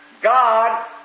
God